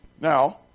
Now